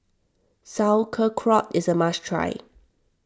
Sauerkraut is a must try